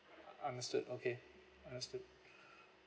un~ understood okay understood